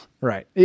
Right